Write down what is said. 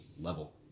level